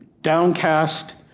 Downcast